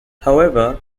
however